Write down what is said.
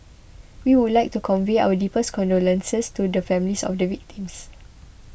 we would like to convey our deepest condolences to the families of the victims